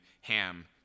Ham